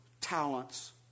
talents